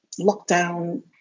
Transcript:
lockdown